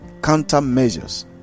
countermeasures